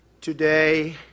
today